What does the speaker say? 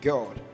God